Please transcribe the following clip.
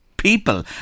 people